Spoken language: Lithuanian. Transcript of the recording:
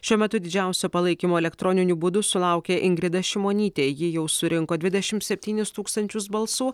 šiuo metu didžiausio palaikymo elektroniniu būdu sulaukė ingrida šimonytė ji jau surinko dvidešimt septynis tūkstančius balsų